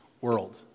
world